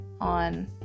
on